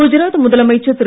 கஜராத் முதலமைச்சர் திரு